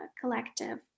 Collective